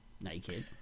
naked